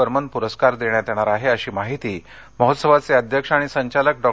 बर्मन प्रस्कार देण्यात येणार आहे अशी माहिती महोत्सवाचे अध्यक्ष आणि संचालक डॉ